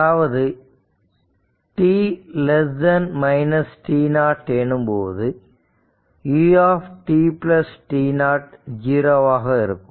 அதாவது t t0 எனும்போது u tt0 0 ஆக இருக்கும்